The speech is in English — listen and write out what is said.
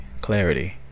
clarity